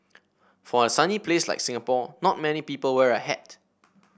for a sunny place like Singapore not many people wear a hat